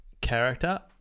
character